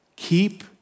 Keep